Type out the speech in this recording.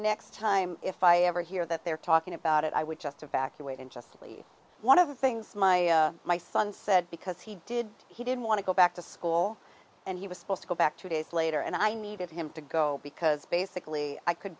next time if i ever hear that they're talking about it i would just evacuated just simply one of the things my my son said because he did he didn't want to go back to school and he was supposed to go back two days later and i needed him to go because basically i could